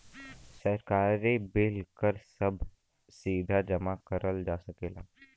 सरकारी बिल कर सभ सीधा जमा करल जा सकेला